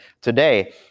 today